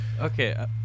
Okay